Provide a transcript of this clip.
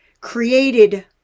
created